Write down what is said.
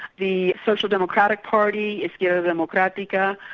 the social democratic party, izquierda democratica,